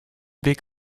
weg